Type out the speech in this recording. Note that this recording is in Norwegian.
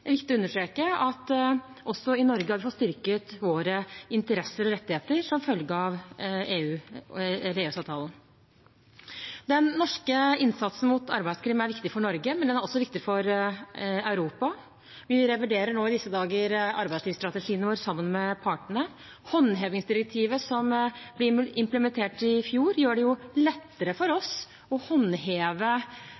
viktig å understreke at også i Norge har vi fått styrket våre interesser og rettigheter som følge av EØS-avtalen. Den norske innsatsen mot arbeidskrim er viktig for Norge, men den er også viktig for Europa. Vi reviderer nå i disse dager arbeidslivsstrategien vår sammen med partene. Håndhevingsdirektivet, som ble implementert i fjor, gjør det lettere for